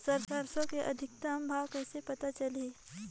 सरसो के अधिकतम भाव कइसे पता चलही?